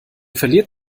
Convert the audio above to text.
verliert